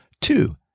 Two